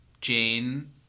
Jane